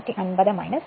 അതിനാൽ Eb 2 250 0